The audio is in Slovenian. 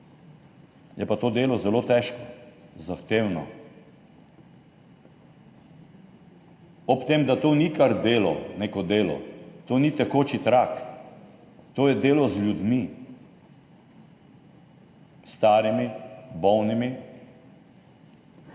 Je pa to delo zelo težko, zahtevno, ob tem, da to ni kar neko delo, to ni tekoči trak, to je delo z ljudmi, starimi, bolnimi,